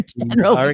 general